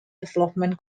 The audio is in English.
development